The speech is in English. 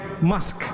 musk